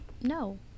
no